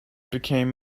became